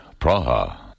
Praha